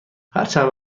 هرچند